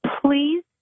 please